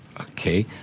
Okay